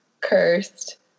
cursed